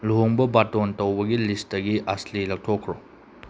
ꯂꯨꯍꯣꯡꯕ ꯕꯥꯔꯇꯣꯟ ꯇꯧꯕꯒꯤ ꯂꯤꯁꯇꯒꯤ ꯑꯁꯂꯦ ꯂꯧꯊꯣꯛꯈ꯭ꯔꯣ